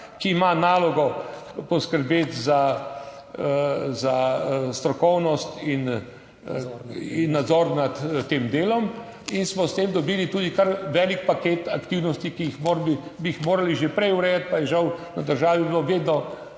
ki ima nalogo poskrbeti za strokovnost in nadzor nad tem delom. In smo s tem dobili tudi kar velik paket aktivnosti, ki jih bi jih morali že prej urejati, pa je žal v državi bilo vedno